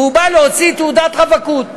והוא בא להוציא תעודת רווקות,